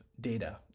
data